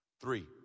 Three